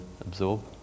absorb